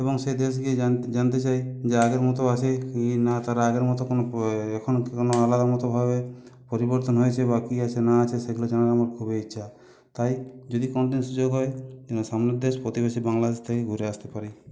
এবং সেই দেশ গিয়ে জান জানতে চাই যে আগের মতো আছে কী না তারা আগের মতো কোন আলাদা মতোন ভাবে পরিবর্তন হয়েছে বা কী আছে না আছে সেগুলো জানার আমার খুবই ইচ্ছা তাই যদি কোনোদিন সুযোগ হয় সামনের দেশ প্রতিবেশী বাংলাদেশ থেকে ঘুরে আসতে পারি